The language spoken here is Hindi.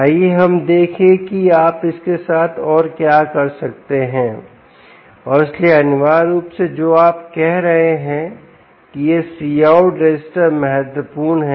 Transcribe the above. आइए हम देखें कि आप इसके साथ और क्या कर सकते हैं और इसलिए अनिवार्य रूप से जो आप कह रहे हैं की यह C आउट रजिस्टर महत्वपूर्ण है